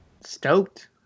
Stoked